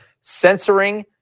censoring